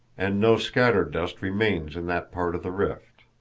and no scattered dust remains in that part of the rift.